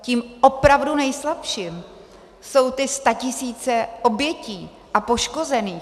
Tím opravdu nejslabším jsou ty statisíce obětí a poškozených.